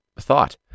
thought